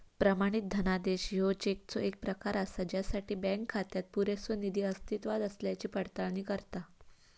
प्रमाणित धनादेश ह्यो चेकचो येक प्रकार असा ज्यासाठी बँक खात्यात पुरेसो निधी अस्तित्वात असल्याची पडताळणी करता